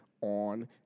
on